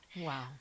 wow